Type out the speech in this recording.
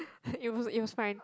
it was it was fine